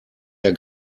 der